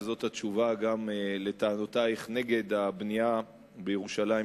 וזו התשובה גם לטענותייך נגד הבנייה בירושלים,